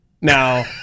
Now